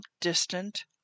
distant